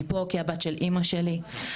אני פה כבת של אימה שלי,